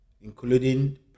including